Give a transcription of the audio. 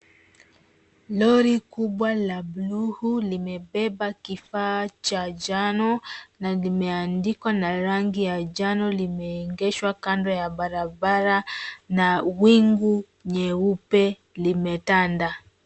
Lori kubwa la buluu limebeba kifaa cha njano na limeandikwa na rangi ya njano .Limeegeshwa kando ya barabara na wingu nyeupe limetanda.